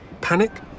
Panic